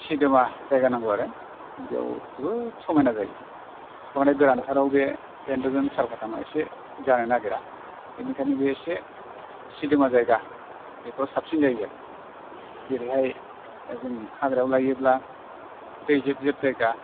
सिदोमा जायगा नांगौ जायो आरो बेयाव जोबोद समायना जायो बांद्राय गोरानथाराव बे डेनद्रुबियान सालखाथामआ जानो नागिरा बेनिखायनो बे एसे सिदोमा जायगा बेफ्राव साबसिन जायो आरो जेरैहाय जों हाग्रायाव लायोब्ला दै जेब जेब जायगा